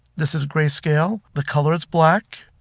this is grayscale, the color is black,